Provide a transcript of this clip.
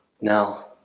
Now